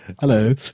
Hello